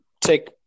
take